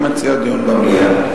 הוא מציע דיון במליאה.